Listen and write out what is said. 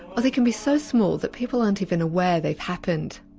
or they can be so small that people aren't even aware they've happened.